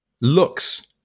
looks